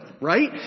right